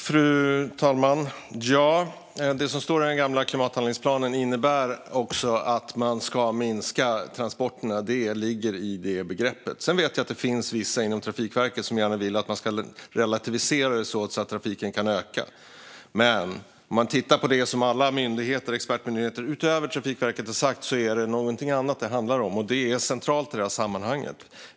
Fru talman! Det som står i den gamla klimathandlingsplanen innebär också att man ska minska transporterna. Det ligger i begreppet. Sedan vet jag att det finns vissa inom Trafikverket som gärna vill att man ska relativisera det så att trafiken kan öka. Men om man tittar på det som alla expertmyndigheter, utöver Trafikverket, har sagt är det någonting annat som det handlar om. Och det är centralt i detta sammanhang.